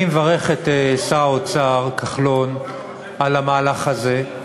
אני מברך את שר האוצר כחלון על המהלך הזה.